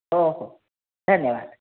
हो हो धन्यवाद